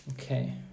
Okay